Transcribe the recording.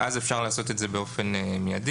אז אפשר לעשות את זה באופן מיידי.